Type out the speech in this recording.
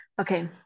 Okay